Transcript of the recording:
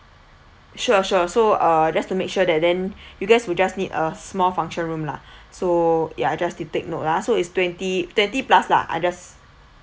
sure sure so uh just to make sure that then you guys will just need a small function room lah so ya I just to take note ah so is twenty twenty plus lah others